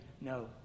no